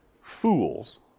fools